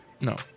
No